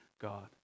God